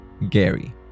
Gary